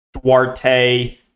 Duarte